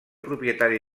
propietari